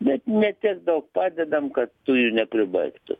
bet ne tiek daug padedam kad nepribaigtų